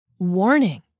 Warning